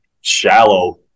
shallow